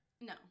No